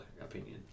opinion